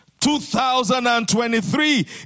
2023